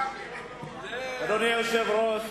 אדוני היושב-ראש,